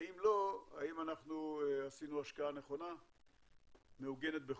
ואם לא, האם אנחנו עשינו השקעה נכונה מעוגנת בחוק.